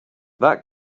that